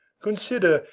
consider,